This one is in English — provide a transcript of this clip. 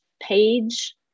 page